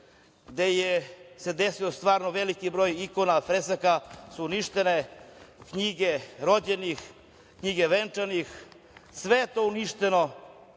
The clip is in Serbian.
gde se desio stvarno da je veliki broj ikona, fresaka uništeno, knjige rođenih, knjige venčanih, sve je to uništeno.